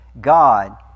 God